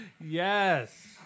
Yes